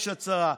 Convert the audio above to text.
יש הצהרה.